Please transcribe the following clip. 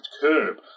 curb